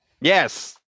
Yes